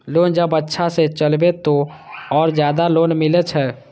Loan जब अच्छा से चलेबे तो और ज्यादा लोन मिले छै?